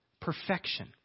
perfection